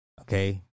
Okay